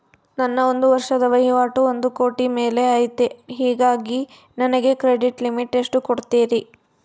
ನನ್ನ ಒಂದು ವರ್ಷದ ವಹಿವಾಟು ಒಂದು ಕೋಟಿ ಮೇಲೆ ಐತೆ ಹೇಗಾಗಿ ನನಗೆ ಕ್ರೆಡಿಟ್ ಲಿಮಿಟ್ ಎಷ್ಟು ಕೊಡ್ತೇರಿ?